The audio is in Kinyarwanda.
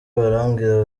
barambwira